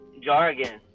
jargon